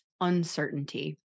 uncertainty